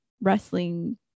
wrestling